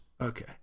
Okay